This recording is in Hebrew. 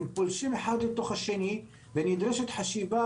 הם פולשים אחד לתוך השני ונדרשת חשיבה